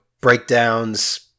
breakdowns